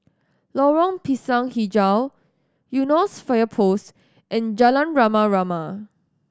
Lorong Pisang Hijau Eunos Fire Post and Jalan Rama Rama